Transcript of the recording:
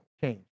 change